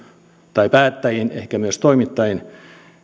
tai päättäjiin ehkä myös toimittajiin